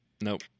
nope